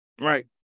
right